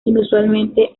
inusualmente